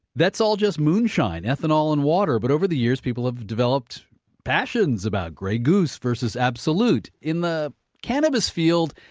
that's all just moonshine ethanol and water. but over the years, people have developed passions about grey goose versus absolut. in the cannabis field,